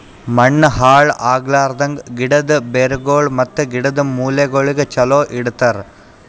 ಮಣ್ಣ ಹಾಳ್ ಆಗ್ಲಾರ್ದಂಗ್, ಗಿಡದ್ ಬೇರಗೊಳ್ ಮತ್ತ ಗಿಡದ್ ಮೂಲೆಗೊಳಿಗ್ ಚಲೋ ಇಡತರ್